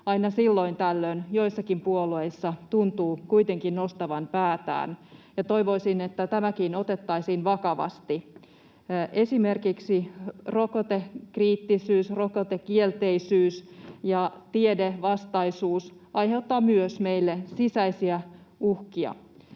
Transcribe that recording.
aina silloin tällöin joissakin puolueissa tuntuu kuitenkin nostavan päätään, ja toivoisin, että tämäkin otettaisiin vakavasti. Esimerkiksi rokotekriittisyys, rokotekielteisyys ja tiedevastaisuus aiheuttavat meille sisäisiä uhkia.